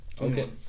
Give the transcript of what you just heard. Okay